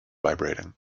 vibrating